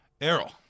Errol